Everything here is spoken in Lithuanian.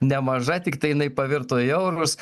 nemaža tiktai jinai pavirto į eurus